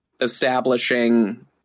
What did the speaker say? establishing